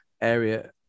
area